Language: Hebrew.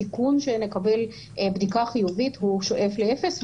הסיכון שנקבל בדיקה חיובית שואף לאפס.